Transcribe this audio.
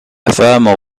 thermal